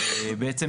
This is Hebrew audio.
בעצם,